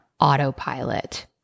autopilot